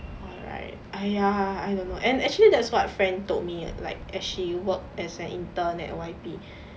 alright !aiya! I don't know and actually that's what fran told me like as she worked as an intern at Y_P